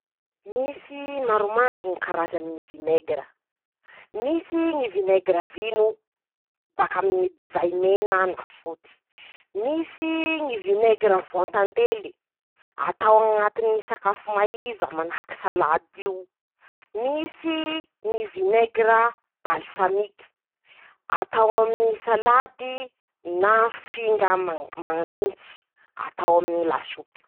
Misy maromaro ñy karazany ñy vinegra: -Misy ñy vinegra vino bakaminy ñy divay mena na foty. -Misy ñy vinegra voan-tantely. atao añatiny ñy sakafo maiva manahaky salady io. -Misy iii ñy vinegra balsamiky. atao aminy ñy salady na finga mang manintsy atao aminy ñy lasopy.